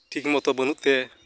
ᱴᱷᱤᱠ ᱢᱚᱛᱚ ᱵᱟᱹᱱᱩᱜ ᱛᱮ